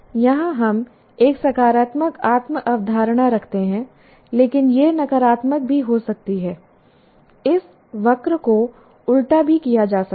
यहां हम एक सकारात्मक आत्म अवधारणा रखते हैं लेकिन यह नकारात्मक भी हो सकती है इस वक्र को उलटा भी किया जा सकता है